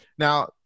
Now